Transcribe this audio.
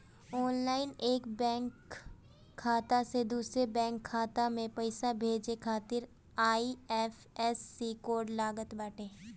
online एक bank खाता से दूसरा बैंक खाता में पईसा भेजे खातिर आई.एफ.एस.सी कोड लागत बाटे